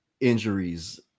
injuries